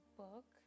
book